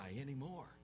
anymore